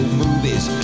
movies